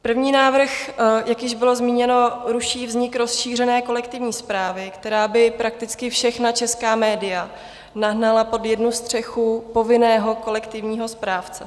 První návrh, jak již bylo zmíněno, ruší vznik rozšířené kolektivní správy, která by prakticky všechna česká média nahnala pod jednu střechu povinného kolektivního správce.